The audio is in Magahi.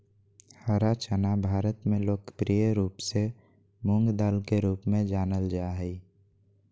हरा चना भारत में लोकप्रिय रूप से मूंगदाल के रूप में जानल जा हइ